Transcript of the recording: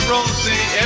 Rosie